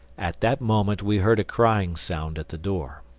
at that moment we heard a crying sound at the door.